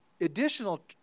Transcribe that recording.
additional